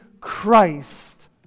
Christ